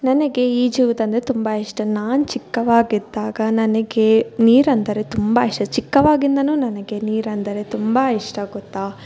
ನನಗೆ ಈಜುವುದಂದರೆ ತುಂಬ ಇಷ್ಟ ನಾನು ಚಿಕ್ಕವಾಗಿದ್ದಾಗ ನನಗೆ ನೀರಂದರೆ ತುಂಬ ಇಷ್ಟ ಚಿಕ್ಕವಾಗಿಂದ ನನಗೆ ನೀರಂದರೆ ತುಂಬ ಇಷ್ಟ ಗೊತ್ತ